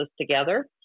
together